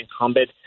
incumbent